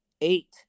eight